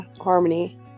harmony